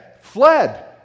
fled